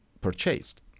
purchased